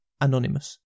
anonymous